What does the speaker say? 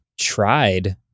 tried